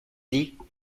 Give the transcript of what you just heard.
denis